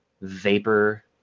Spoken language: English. vapor